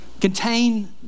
Contain